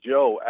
Joe